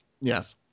Yes